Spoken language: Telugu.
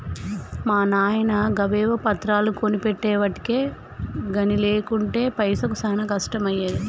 మా నాయిన గవేవో పత్రాలు కొనిపెట్టెవటికె గని లేకుంటెనా పైసకు చానా కష్టమయ్యేది